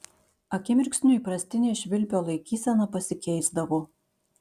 akimirksniu įprastinė švilpio laikysena pasikeisdavo